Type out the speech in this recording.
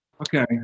Okay